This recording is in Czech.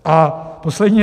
A poslední.